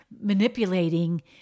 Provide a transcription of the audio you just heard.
manipulating